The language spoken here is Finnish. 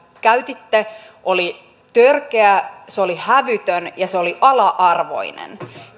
käytitte oli törkeä se oli hävytön ja se oli ala arvoinen